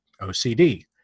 OCD